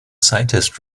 scientist